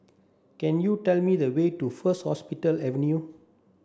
can you tell me the way to First Hospital Avenue